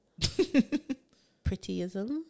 prettyism